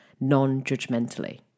non-judgmentally